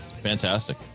Fantastic